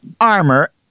armor